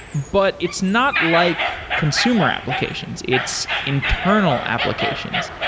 but it's not like consumer applications. it's internal applications.